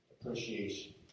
appreciation